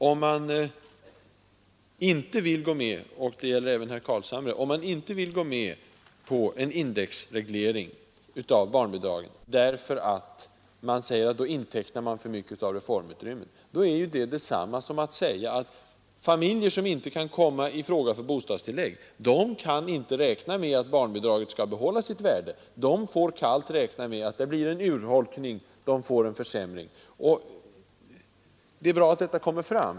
Om man inte — fru Sigurdsen och även herr Carlshamre — vill gå med på en indexreglering av barnbidragen därför att man anser att man intecknar för mycket av reformutrymmet, då innebär det att familjer, som inte kan komma i fråga för bostadstillägg, inte heller kan räkna med att barnbidraget skall bibehålla sitt värde. De får kallt räkna med att där blir en urholkning, en försämring. Det är bra att detta kommer fram.